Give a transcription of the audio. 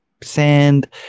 sand